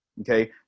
Okay